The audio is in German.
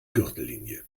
gürtellinie